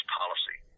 policy